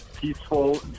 peaceful